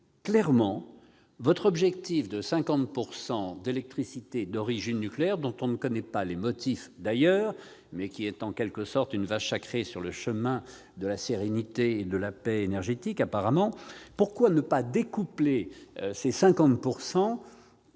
clairement votre objectif de 50 % d'électricité d'origine nucléaire, dont on ne connaît pas les motifs, d'ailleurs, mais qui est en quelque sorte une vache sacrée sur le chemin de la sérénité et de la paix énergétiques, d'une réussite du